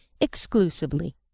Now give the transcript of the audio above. exclusively